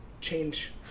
change